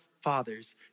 fathers